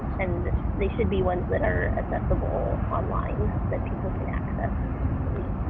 and they should be ones that are accessible online, that people can access easily,